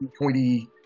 pointy